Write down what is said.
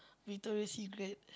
Victoria-Secret